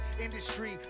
Industry